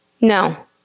No